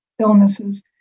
illnesses